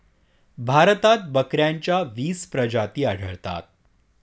भारतात बकऱ्यांच्या वीस प्रजाती आढळतात